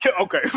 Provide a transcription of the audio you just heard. Okay